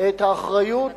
את האחריות